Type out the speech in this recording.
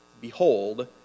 Behold